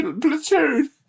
platoon